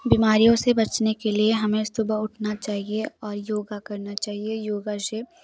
बीमारियों से बचाने के लिए हमें सुबह उठना चाहिए और योग करना चाहिए योगा से